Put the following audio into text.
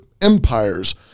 empires